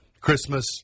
Christmas